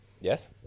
Yes